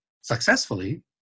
successfully